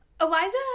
Eliza